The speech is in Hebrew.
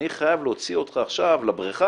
אני חייב להוציא אותך עכשיו לבריכה,